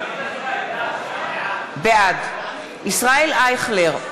בעד ישראל אייכלר,